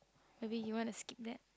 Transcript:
maybe you wanna skip that